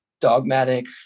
dogmatic